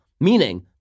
Meaning